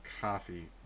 coffee